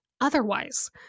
otherwise